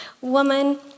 woman